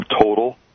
total